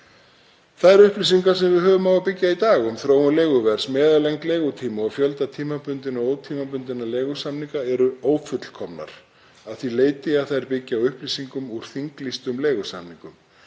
Þær upplýsingar sem við höfum á að byggja í dag, um þróun leiguverðs, meðallengd leigutíma og fjölda tímabundinna og ótímabundinna leigusamninga, eru ófullkomnar að því leyti að þær byggja á upplýsingum úr þinglýstum leigusamningum.